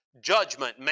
judgment